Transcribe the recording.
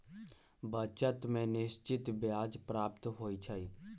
बचत में निश्चित ब्याज प्राप्त होइ छइ